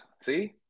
See